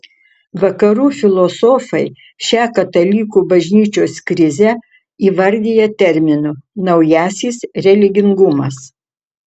vakarų filosofai šią katalikų bažnyčios krizę įvardija terminu naujasis religingumas